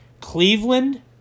Cleveland